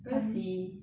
we'll see